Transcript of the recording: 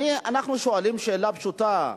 אנחנו שואלים שאלה פשוטה: